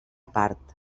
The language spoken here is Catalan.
part